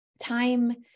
time